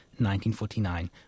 1949